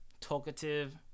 talkative